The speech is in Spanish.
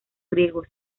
griego